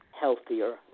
healthier